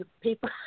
people